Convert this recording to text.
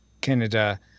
Canada